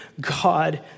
God